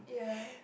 yeah